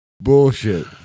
Bullshit